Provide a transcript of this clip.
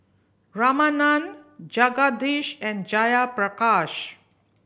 Ramanand Jagadish and Jayaprakash